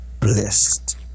blessed